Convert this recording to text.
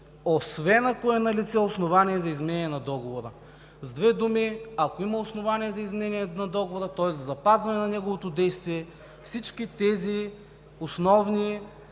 освен ако е налице основание за изменение на договора“. С две думи, ако има основание за изменение на договора, тоест запазването на неговото действие, всички тези основни